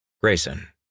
Grayson